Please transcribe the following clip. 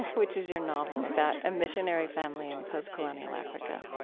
which is your novel about a missionary family in post-colonial africa,